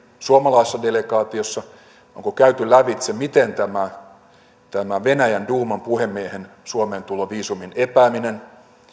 suomalaisessa delegaatiossa miten käyty lävitse tämä venäjän duuman puhemiehen suomeen tuloviisumin epääminen